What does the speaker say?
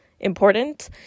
important